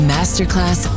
Masterclass